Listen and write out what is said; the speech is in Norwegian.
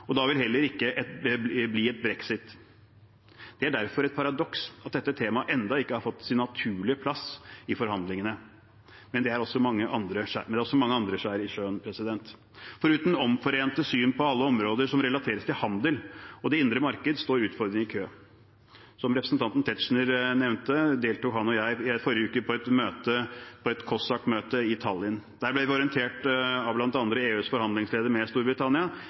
og da vil det heller ikke bli et brexit. Det er derfor et paradoks at dette temaet ennå ikke har fått sin naturlige plass i forhandlingene, men det er også mange andre skjær i sjøen. Foruten omforente syn på alle områder som relateres til handel og det indre marked, står utfordringene i kø. Som representanten Tetzschner nevnte, deltok han og jeg i forrige uke på et COSAC-møte i Tallinn. Der ble vi orientert av bl.a. EUs forhandlingsleder med Storbritannia,